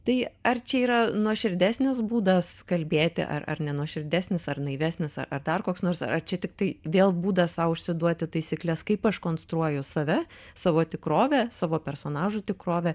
tai ar čia yra nuoširdesnis būdas kalbėti ar ar nenuoširdesnis ar naivesnis ar ar dar koks nors ar čia tiktai vėl būdas sau užsiduoti taisykles kaip aš konstruoju save savo tikrovę savo personažų tikrovę